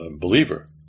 believer